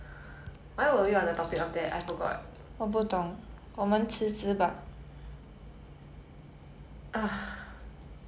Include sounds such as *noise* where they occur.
*noise* ya so anyway I was asking you ya I was asking you like 你要吃什么 I'm supposed to treat you